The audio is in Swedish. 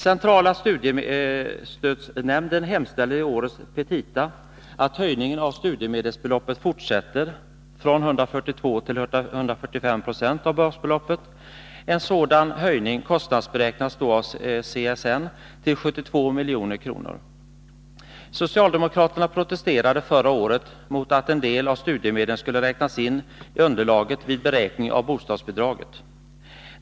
Centrala studiestödsnämnden hemställer i årets petita att höjningen av studiemedelsbeloppet fortsätter, från 142 till 145 90 av basbeloppet. En sådan höjning kostnadsberäknades då av CSN till 72 milj.kr. Socialdemokraterna protesterade förra året mot att en del av studiemedlen skulle räknas in i underlaget vid beräkning av bostadsbidrag.